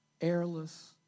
airless